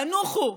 תנוחו,